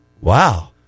Wow